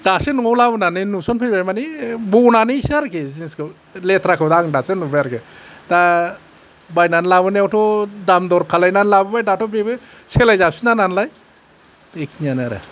दासो नयाव लाबोनानै नुसनफैबाय मानि ब'नानैसै आरखि जिनिसखौ लेथ्राखौ आं दासो नुबाय आरखि दा बायना लाबोनायावथ' दाम दर खालायनानै लाबोबाय दाथ' बेबो सोलाय जाफिना नालाय बे खिनियानो आरो